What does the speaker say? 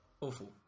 Awful